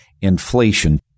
inflation